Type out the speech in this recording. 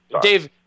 Dave